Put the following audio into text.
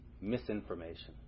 misinformation